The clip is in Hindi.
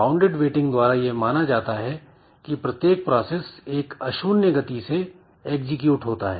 वाउंडेड वेटिंग द्वारा यह माना जाता है की प्रत्येक प्रोसेस एक अशून्य गति से एग्जीक्यूट होता है